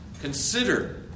Consider